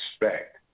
respect